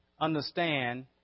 understand